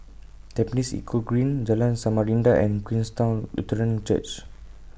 Tampines Eco Green Jalan Samarinda and Queenstown Lutheran Church